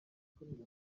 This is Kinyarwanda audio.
yakomeje